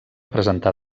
presentar